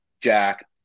jack